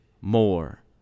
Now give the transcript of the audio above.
more